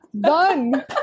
done